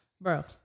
Bro